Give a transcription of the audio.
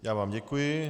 Já vám děkuji.